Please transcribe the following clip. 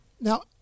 Now